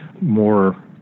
more